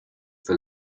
for